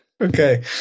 Okay